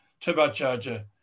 turbocharger